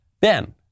Ben